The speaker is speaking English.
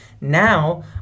now